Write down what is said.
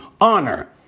honor